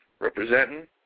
representing